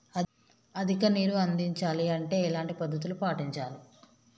అధిక నీరు అందించాలి అంటే ఎలాంటి పద్ధతులు పాటించాలి?